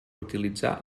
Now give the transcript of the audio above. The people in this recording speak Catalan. utilitzar